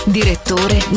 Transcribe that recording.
direttore